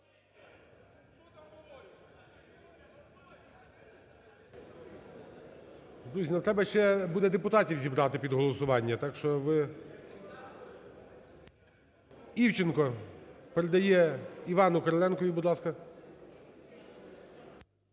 Друзі, ну треба ще буде депутатів зібрати під голосування. Так що ви… Івченко передає Івану Кириленкові. Будь ласка.